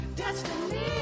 destiny